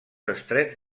estrets